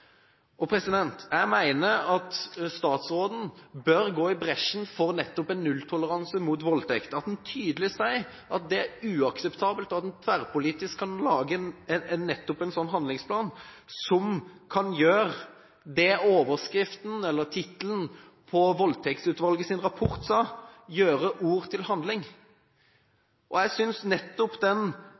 seksuelle overgrep. Jeg mener at statsråden bør gå i bresjen for nettopp en nulltolleranse når det gjelder voldtekt, at en tydelig sier at det er uakseptabelt, og at en tverrpolitisk kan lage en handlingsplan som går ut på det overskriften, eller tittelen, på Voldtektsutvalgets rapport, som kom i 2008, var: «Fra ord til handling». Jeg synes rapporten fra Voldtektsutvalget nettopp